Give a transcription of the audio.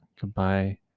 Goodbye